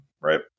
right